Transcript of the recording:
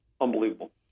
unbelievable